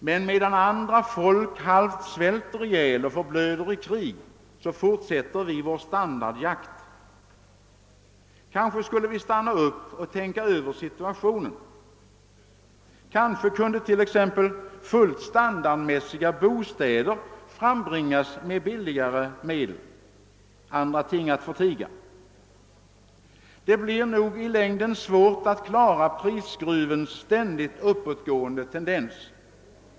Medan andra folk halvt svälter ihjäl och förblöder i krig fortsätter vi vår standardjakt. Kanske skulle vi stanna upp och tänka över situationen! Kanske kunde t.ex. bostäder med fullt tillfredsställande standard frambringas med billigare medel — andra ting att förtiga. Det blir nog i längden svårt att klara prisskruvens ständigt uppåtgående tendens.